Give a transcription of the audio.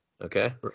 okay